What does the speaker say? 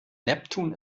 neptun